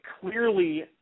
clearly